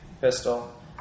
pistol